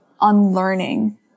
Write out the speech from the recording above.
unlearning